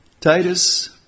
Titus